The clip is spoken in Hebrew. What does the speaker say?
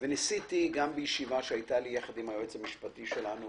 וניסיתי גם בישיבה שהייתה לי יחד עם היועץ המשפטי שלנו